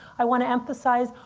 i want to emphasize,